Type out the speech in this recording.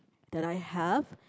that I have